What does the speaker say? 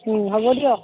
ও হ'ব দিয়ক